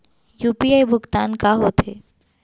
UPI भुगतान का होथे?